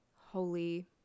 holy